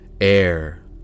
air